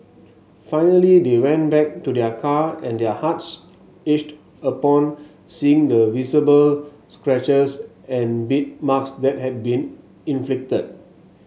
finally they went back to their car and their hearts ached upon seeing the visible scratches and beat marks that had been inflicted